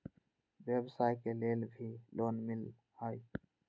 व्यवसाय के लेल भी लोन मिलहई?